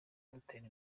dutera